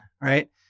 right